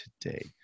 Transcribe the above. today